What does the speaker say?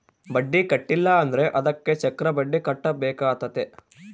ಬಡ್ಡಿ ಕಟ್ಟಿಲ ಅಂದ್ರೆ ಅದಕ್ಕೆ ಚಕ್ರಬಡ್ಡಿ ಕಟ್ಟಬೇಕಾತತೆ